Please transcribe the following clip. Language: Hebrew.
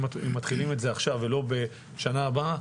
אם מתחילים את זה עכשיו ולא בשנה הבאה,